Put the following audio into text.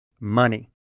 Money